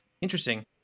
Interesting